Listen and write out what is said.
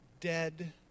dead